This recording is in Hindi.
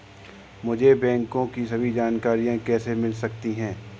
मुझे बैंकों की सभी जानकारियाँ कैसे मिल सकती हैं?